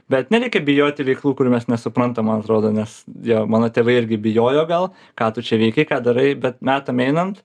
bet nereikia bijoti veiklų kurių mes nesuprantam man atrodo nes vėl mano tėvai irgi bijojo gal ką tu čia veiki ką darai bet metam einant